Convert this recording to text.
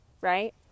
right